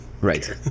Right